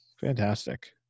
fantastic